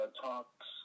talks